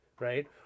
right